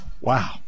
wow